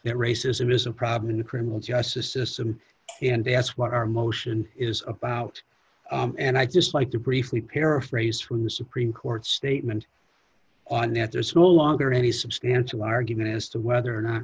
that racism is a problem in the criminal justice system and that's what our motion is about and i'd just like to briefly paraphrase from the supreme court's statement on that there's no longer any substantial argument as to whether or not